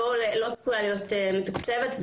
לא צפויה להיות מתוקצבת,